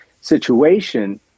situation